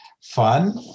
fun